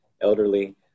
elderly